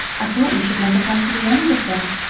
i thought we should never come to the end of them.